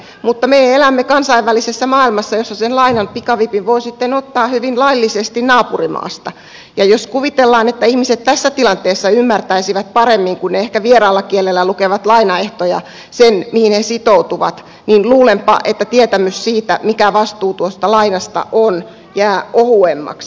mutta me elämme kansainvälisessä maailmassa jossa sen lainan pikavipin voi sitten ottaa hyvin laillisesti naapurimaasta ja jos kuvitellaan että ihmiset tässä tilanteessa ymmärtäisivät paremmin kun he ehkä vieraalla kielellä lukevat lainaehtoja sen mihin he sitoutuvat niin luulenpa että tietämys siitä mikä vastuu tuosta lainasta on jää ohuemmaksi